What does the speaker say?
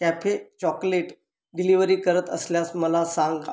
cafe chocolate delivery करत असल्यास मला सांगा